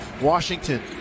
washington